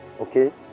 okay